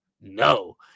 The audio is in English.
No